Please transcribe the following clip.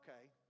Okay